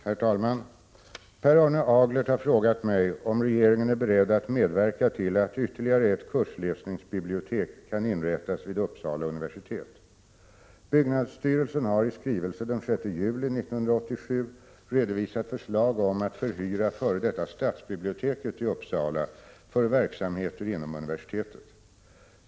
Herr talman! Per Arne Aglert har frågat mig om regeringen är beredd att medverka till att ytterligare ett kursläsningsbibliotek kan inrättas vid Uppsala universitet. Byggnadsstyrelsen har i skrivelse den 6 juli 1987 redovisat förslag om att förhyra f. d. stadsbiblioteket i Uppsala för verksamheter inom universitetet.